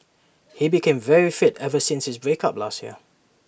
he became very fit ever since his break up last year